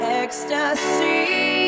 ecstasy